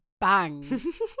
bangs